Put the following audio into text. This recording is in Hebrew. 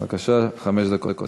בבקשה, חמש דקות.